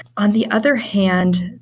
on the other hand,